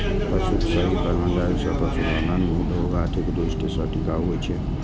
पशुक सही प्रबंधन सं पशुपालन उद्योग आर्थिक दृष्टि सं टिकाऊ होइ छै